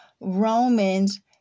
Romans